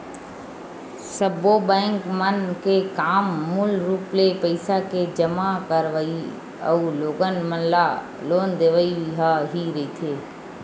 सब्बो बेंक मन के काम मूल रुप ले पइसा के जमा करवई अउ लोगन मन ल लोन देवई ह ही रहिथे